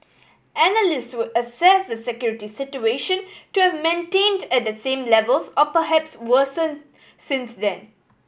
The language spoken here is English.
analysts would assess the security situation to have maintained at the same levels or perhaps worsened since then